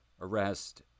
arrest